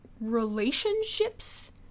relationships